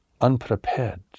unprepared